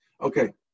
Okay